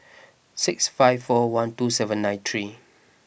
six five four one two seven nine three